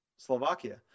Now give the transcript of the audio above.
Slovakia